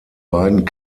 beiden